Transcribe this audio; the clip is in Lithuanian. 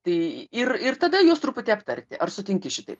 tai ir ir tada juos truputį aptarti ar sutinki šitaip